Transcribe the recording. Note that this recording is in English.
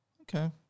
Okay